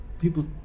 people